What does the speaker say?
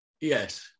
Yes